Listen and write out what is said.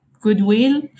goodwill